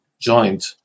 joint